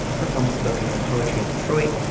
performed spoken word poetry in detroit,